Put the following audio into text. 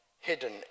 hidden